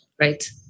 right